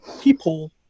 people